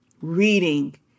reading